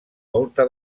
volta